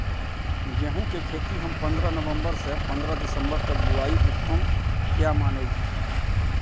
गेहूं के खेती हम पंद्रह नवम्बर से पंद्रह दिसम्बर तक बुआई उत्तम किया माने जी?